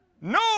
No